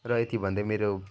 र यति भन्दै मेरो